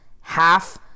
half